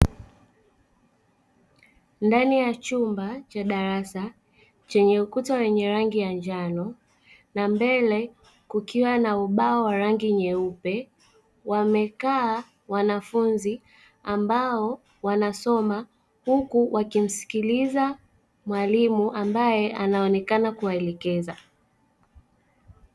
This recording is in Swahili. Ndani ya chumba cha darasa chenye ukuta wenye rangi ya njano na mbele kukiwa na ubao wenye rangi nyeupe wamekaa wanafunzi ambao wanasoma huku wakimsikiliza mwalimu ambaye anaonekana kuwaelekeza.